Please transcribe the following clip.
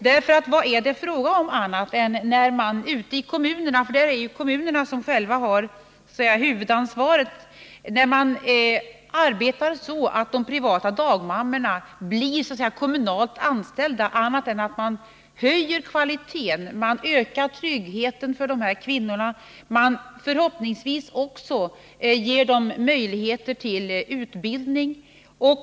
Vad är det nämligen fråga om när man ute i kommunerna — det är ju kommunerna som själva har huvudansvaret — arbetar så att de privata dagmammorna blir kommunalt anställda, annat än att man höjer kvaliteten och ökar tryggheten för de berörda kvinnorna? Förhoppningsvis ger man dem också möjlighet till utbildning.